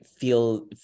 feel